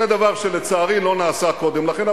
זה דבר שלצערי לא נעשה קודם לכן,